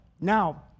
Now